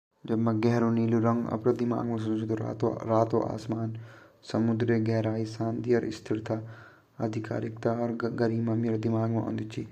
गेहरो रंग नीलू ची यू हमा स्काउट गाइड छिन यू हामार फौजीयू कु भी रंग ची अर यु हमार झण्डा बीच मा चाकरी ची जु नीलू ता वेते हम बचपन बाटिन देखन लगया वे प्रति इति प्यार ची नीला रंगा प्रति की जु हम भारत वावा छिन हमते भोत ही वे प्रति खिचाव ची।